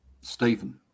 Stephen